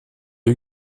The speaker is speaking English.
you